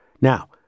Now